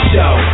Show